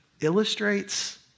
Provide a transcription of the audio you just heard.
illustrates